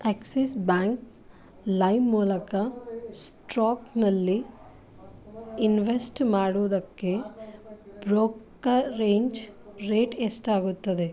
Axis Bank live ಮೂಲಕ ಸ್ಟ್ರೋಕ್ನಲ್ಲಿ invest ಮಾಡುವುದಕ್ಕೆ ಬ್ರೋಕರೇಂಜ್ ರೇಟ್ ಎಷ್ಟಾಗುತ್ತದೆ